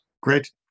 Great